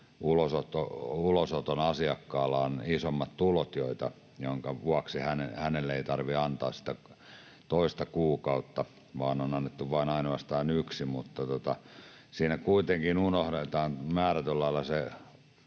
ulosoton asiakkaalla on isommat tulot, minkä vuoksi hänelle ei tarvitse antaa sitä toista kuukautta vaan on annettu vain ainoastaan yksi. Mutta siinä kuitenkin unohdetaan määrätyllä lailla se